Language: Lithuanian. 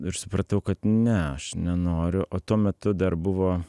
ir supratau kad ne aš nenoriu o tuo metu dar buvo